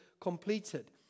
completed